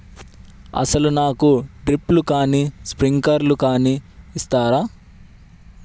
అసలు నాకు డ్రిప్లు కానీ స్ప్రింక్లర్ కానీ ఇస్తారా?